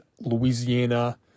Louisiana